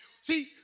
See